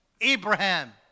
Abraham